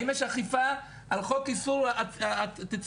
האם יש אכיפה על חוק איסור התצוגה?